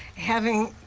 having